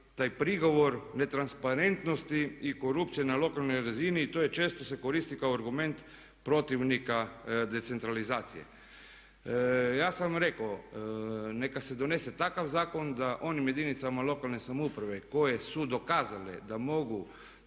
taj prigovor netransparentnosti i korupcije na lokalnoj razini i to često se koristi kao argument protivnika decentralizacije. Ja sam rekao neka se donese takav zakon da onim jedinicama lokalne samouprave koje su dokazale da mogu